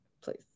please